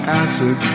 acid